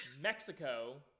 Mexico